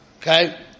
Okay